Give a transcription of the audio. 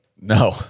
No